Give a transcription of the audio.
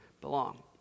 belong